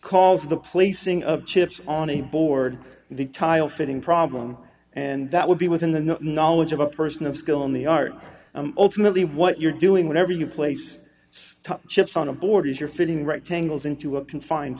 for the placing of chips on a board the tile fitting problem and that would be within the knowledge of a person of skill in the art ultimately what you're doing whatever you place chips on a board as you're fitting rectangles into a confined